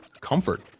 comfort